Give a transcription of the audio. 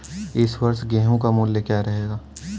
इस वर्ष गेहूँ का मूल्य क्या रहेगा?